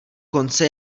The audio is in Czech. konce